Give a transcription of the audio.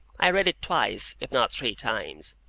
i read it twice, if not three times.